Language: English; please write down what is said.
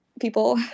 people